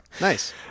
Nice